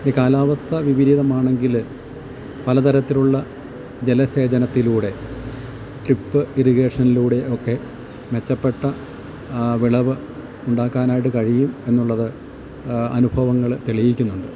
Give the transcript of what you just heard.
ഇനി കാലാവസ്ഥ വിപരീതമാണെങ്കിൽ പലതരത്തിലുള്ള ജലസേചനത്തിലൂടെ ട്രിപ്പ് ഇറിഗേഷനിലൂടെ ഒക്കെ മെച്ചപ്പെട്ട വിളവ് ഉണ്ടാക്കാനായിട്ട് കഴിയും എന്നുള്ളത് അനുഭവങ്ങൾ തെളിയിക്കുന്നുണ്ട്